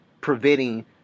preventing